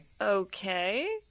Okay